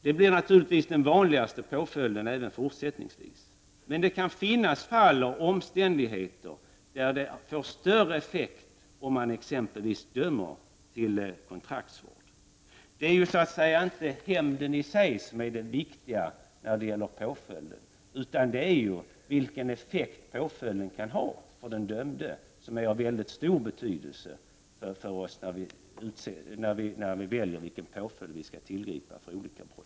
Det blir naturligtvis den vanligaste påföljden även fortsättningsvis, men det kan finnas fall och omständigheter där det får större effekt om man exempelvis dömer till kontraktsvård. Det är inte hämnden i sig som är det viktiga när det gäller påföljden. Den effekt påföljden kan ha för den dömde är av mycket stor betydelse när vi bestämmer vilken påföljd vi skall tillgripa för olika brott.